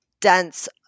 dense